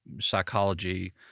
psychology